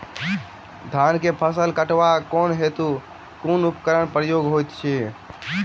धान केँ फसल कटवा केँ हेतु कुन उपकरणक प्रयोग होइत अछि?